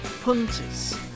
punters